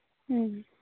ᱦᱮᱸ